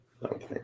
Okay